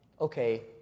okay